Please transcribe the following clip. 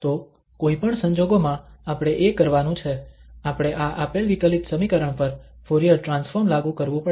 તો કોઈ પણ સંજોગોમાં આપણે એ કરવાનું છે આપણે આ આપેલ વિકલિત સમીકરણ પર ફુરીયર ટ્રાન્સફોર્મ લાગુ કરવું પડશે